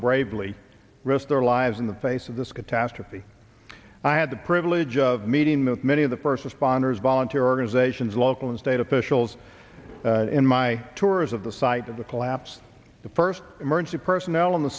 bravely risk their lives in the face of this catastrophe i had the privilege of meeting that many of the first responders volunteer organizations local and state officials in my tours of the site of the collapse the first emerged the personnel on the